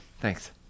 Thanks